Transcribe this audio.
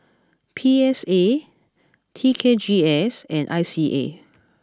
P S A T K G S and I C A